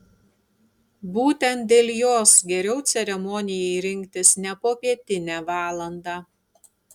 būtent dėl jos geriau ceremonijai rinktis ne popietinę valandą